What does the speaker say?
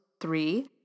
three